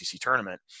tournament